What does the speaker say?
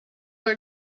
are